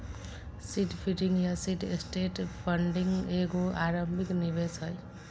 seed funding या seed stage funding एगो आरंभिक निवेश हइ